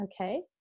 Okay